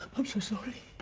i'm so sorry.